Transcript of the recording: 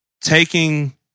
taking